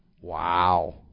Wow